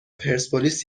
پرسپولیس